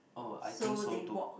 oh I think so too